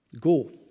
Go